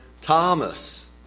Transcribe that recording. Thomas